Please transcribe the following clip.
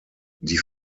die